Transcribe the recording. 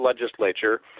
legislature